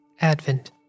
Advent